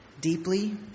deeply